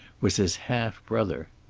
was his half-brother.